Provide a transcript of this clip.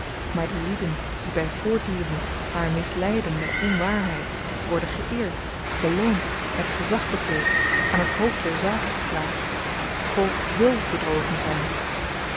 maar de lieden die by voortduring haar misleiden met onwaarheid worden geëerd beloond met gezag bekleed aan t hoofd der zaken geplaatst t volk wil bedrogen zyn